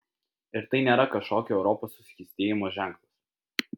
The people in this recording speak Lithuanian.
ir tai nėra kažkokio europos suskystėjimo ženklas